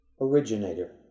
originator